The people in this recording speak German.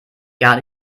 gar